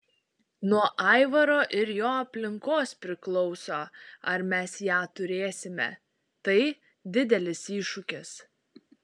nuo aivaro ir jo aplinkos priklauso ar mes ją turėsime tai didelis iššūkis